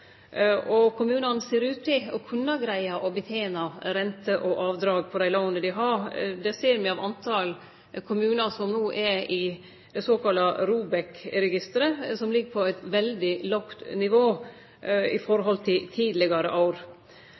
Kommunane ser ut til å kunne greie å betene renter og avdrag på dei låna dei har – det ser me av talet på kommunar som no er i det såkalla ROBEK-registeret, som ligg på eit veldig lågt nivå i forhold til tidlegare år.